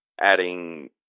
adding